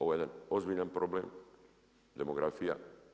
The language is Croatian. Ovo je jedan ozbiljan problem demografija.